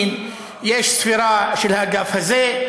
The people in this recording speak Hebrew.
יש ספירה של אלקין, יש ספירה של האגף הזה.